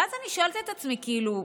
ואז אני שאלתי את עצמי, כאילו: